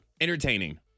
Entertaining